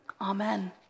amen